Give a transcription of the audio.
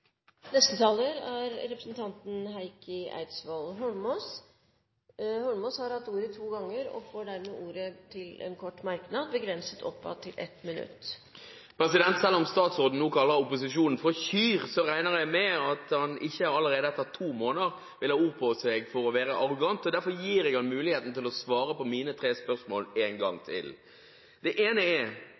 er andre som styrer. Representanten Heikki Eidsvoll Holmås har hatt ordet to ganger tidligere og får ordet til en kort merknad, begrenset til 1 minutt. Selv om statsråden nå kaller opposisjonen for kyr, regner jeg med at han ikke allerede etter to måneder vil ha ord på seg for å være arrogant. Derfor gir jeg ham muligheten til å svare på mine tre spørsmål en gang til: Det første er: